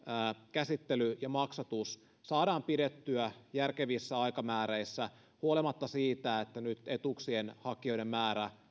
käsittely ja maksatus saadaan pidettyä järkevissä aikamääreissä huolimatta siitä että nyt etuuksien hakijoiden määrä